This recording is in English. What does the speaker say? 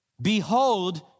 Behold